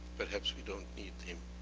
perhaps we don't need him.